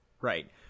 Right